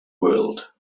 world